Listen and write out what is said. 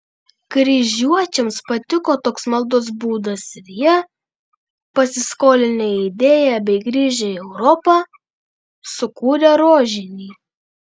kryžiuočiams patiko toks maldos būdas ir jie pasiskolinę idėją bei grįžę į europą sukūrė rožinį